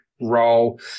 role